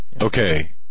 Okay